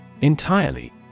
Entirely